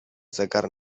zegar